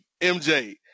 MJ